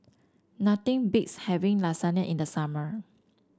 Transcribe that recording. nothing beats having Lasagna in the summer